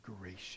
gracious